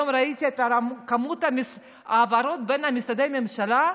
היום ראיתי את כמות ההעברות בין משרדי הממשלה,